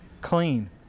clean